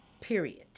period